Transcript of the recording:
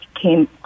came